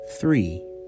Three